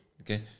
okay